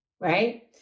right